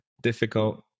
difficult